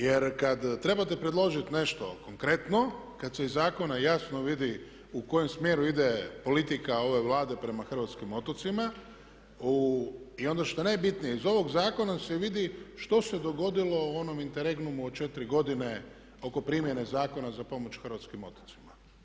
Jer kad trebate predložiti nešto konkretno, kad se iz zakona jasno vidi u kojem smjeru ide politika ove Vlade prema hrvatskim otocima i onda što je najbitnije iz ovog zakona se vidi što se dogodilo u onom interregnumu od 4 godine oko primjene Zakona za pomoć hrvatskim otocima.